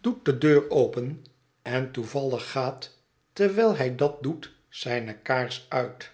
doet de deur open en toevallig gaat terwijl hij dat doet zijne kaars uit